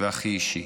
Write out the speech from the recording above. והכי אישי.